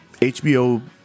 HBO